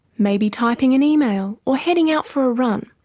maybe typing an email or heading out for a run.